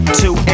two